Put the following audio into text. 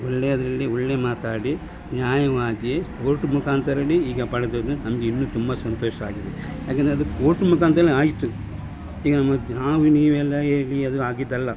ಒಳ್ಳೆಯದರಲ್ಲಿ ಒಳ್ಳೆಯ ಮಾತಾಡಿ ನ್ಯಾಯವಾಗಿ ಕೋರ್ಟ್ ಮುಖಾಂತರವೇ ಈಗ ಪಡೆದದ್ದು ನಮಗೆ ಇನ್ನೂ ತುಂಬ ಸಂತೋಷವಾಗಿದೆ ಯಕೆಂದ್ರೆ ಅದು ಕೋರ್ಟ್ ಮುಖಾಂತರವೇ ಆಯಿತು ಈಗ ಮತ್ತೆ ನಾವು ನೀವೆಲ್ಲ ಹೇಳಿ ಅದು ಆಗಿದ್ದಲ್ಲ